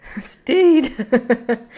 Steed